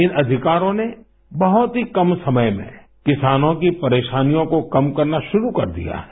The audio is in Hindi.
इन अधिकारों ने बहुत ही कम समय में किसानों की परेशानियों को कम करना शुरू कर दिया है